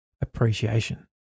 Appreciation